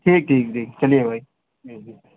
ٹھیک ٹھیک ٹھیک چلیے بھائی جی جی